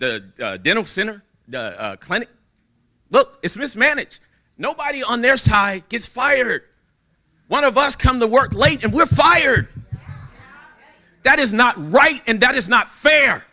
the dental center clinic look it's mismanage nobody on their side gets fired one of us come to work late and we are fired that is not right and that is not fair